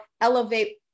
elevate